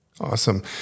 awesome